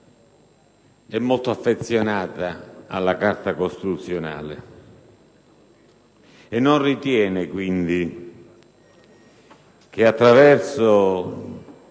è molto affezionato alla Carta costituzionale e non ritiene quindi che i problemi